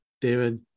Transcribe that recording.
David